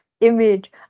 image